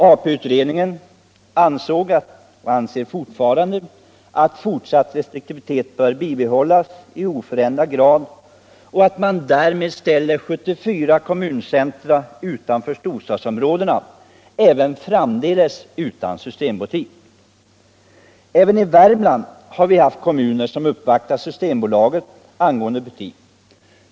APU-utredningen ansåg och anser fortfarande att fortsatt restriktivitet bör bibehållas i oförändrad omfattning trots att man därmed ställer 74 kommuncentra utanför storstadsområdena även framdeles utan systembutik. Även i Värmland har vi haft kommuner som uppvaktat Systembolaget angående butik.